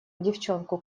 девчонку